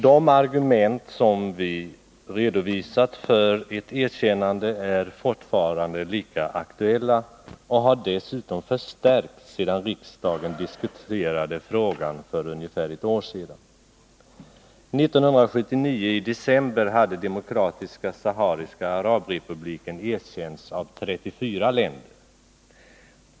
De argument för ett erkännande som vi redovisat är fortfarande lika aktuella och har dessutom förstärkts sedan riksdagen diskuterade frågan för ett år sedan. I december 1979 hade Demokratiska sahariska arabrepubliken erkänts av 34 länder.